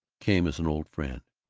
came as an old friend.